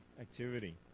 activity